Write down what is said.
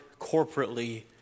corporately